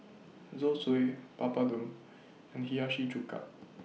Zosui Papadum and Hiyashi Chuka